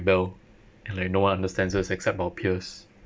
rebel and like no one understands us except our peers